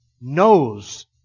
knows